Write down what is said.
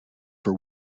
for